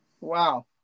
Wow